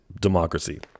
Democracy